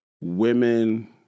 women